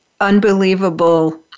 unbelievable